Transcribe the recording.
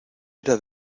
era